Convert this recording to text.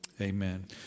Amen